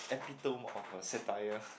epitome of a satire